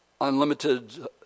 unlimited